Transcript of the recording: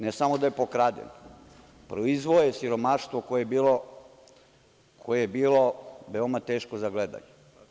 Ne samo da je pokraden, proizveo je siromaštvo koje je bilo veoma teško za gledanje.